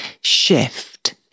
shift